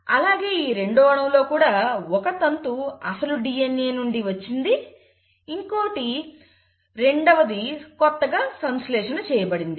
అలాగే ఈ రెండవ అణువులో కూడా ఒక తంతు అసలు DNA నుండి వచ్చినది ఇంకా రెండవది కొత్తగా సంశ్లేషణ చేయబడినది